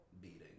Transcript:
beating